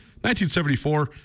1974